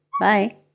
Bye